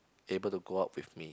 able to go out with me